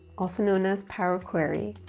also known as power query,